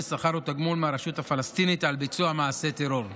שכר או תגמול מהרשות הפלסטינית על ביצוע מעשה הטרור,